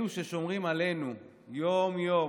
אלו ששומרים עלינו יום-יום,